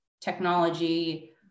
technology